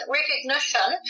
recognition